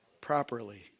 properly